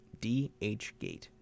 DHgate